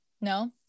No